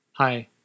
Hi